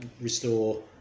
restore